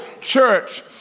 church